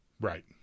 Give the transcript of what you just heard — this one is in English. Right